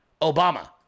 Obama